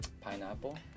pineapple